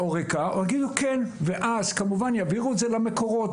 או יגידו כן ואז כמובן יעבירו את זה למקורות.